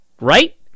right